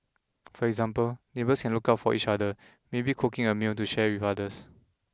for example neighbours can look out for each other maybe cooking a meal to share with others